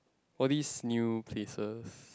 all these new places